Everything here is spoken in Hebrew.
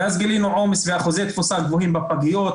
ואז גילינו עומס ואחוזי תפוסה גבוהים בפגיות,